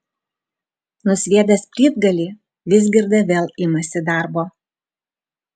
nusviedęs plytgalį vizgirda vėl imasi darbo